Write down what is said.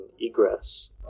egress